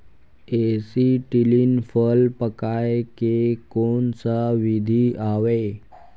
Acetylene फल पकाय के कोन सा विधि आवे?